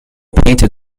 painted